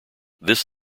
this